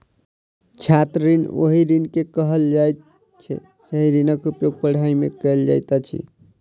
छात्र ऋण ओहि ऋण के कहल जाइत छै जाहि ऋणक उपयोग पढ़ाइ मे कयल जाइत अछि